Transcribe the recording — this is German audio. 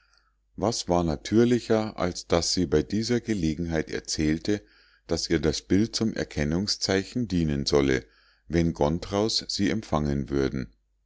was war natürlicher als daß sie bei dieser gelegenheit erzählte daß ihr das bild zum erkennungszeichen dienen solle wenn gontraus sie empfangen würden